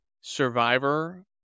Survivor